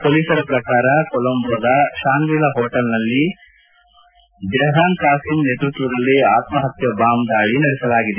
ಪೊಲೀಸರ ಪ್ರಕಾರ ಕೊಲಂಬೋದ ಶಾಂಗ್ರಿಲಾ ಹೊಟೇಲ್ನಲ್ಲಿ ಜಹ್ರಾನ್ ಕಾಸಿಂ ನೇತೃತ್ವದಲ್ಲಿ ಆತ್ಮಾಹತ್ಯಾ ಬಾಂಬ್ ದಾಳಿ ನಡೆಸಲಾಗಿದೆ